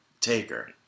Taker